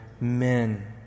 men